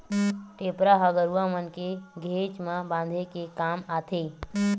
टेपरा ह गरुवा मन के घेंच म बांधे के काम आथे